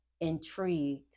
intrigued